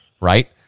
right